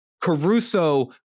Caruso